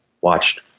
watched